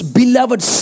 beloved